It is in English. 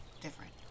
different